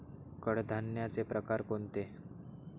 कडधान्याचे प्रकार कोणते?